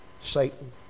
Satan